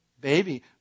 Baby